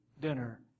dinner